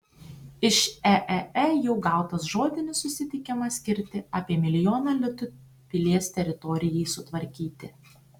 iš eee jau gautas žodinis sutikimas skirti apie milijoną litų pilies teritorijai sutvarkyti